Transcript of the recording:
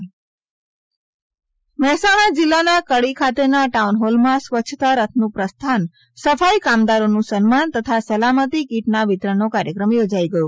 સ્વ છતા કિટ મહેસાણા જીલ્લાના કડી ખાતેના ટાઉનહોલમાં સ્વચ્છતા રથનું પ્રસ્થાન સફાઈ કામદારોનું સન્માન તથા સલામતી કિટના વિતરણનો કાર્યક્રમ યોજાઈ ગયો